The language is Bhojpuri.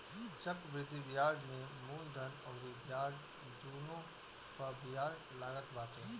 चक्रवृद्धि बियाज में मूलधन अउरी ब्याज दूनो पअ बियाज लागत बाटे